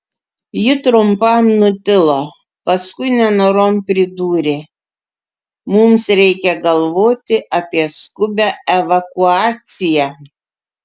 ji trumpam nutilo paskui nenorom pridūrė mums reikia galvoti apie skubią evakuaciją